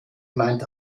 meint